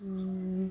ಹ್ಞೂ